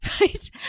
right